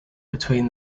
between